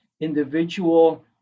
individual